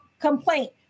complaint